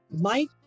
Mike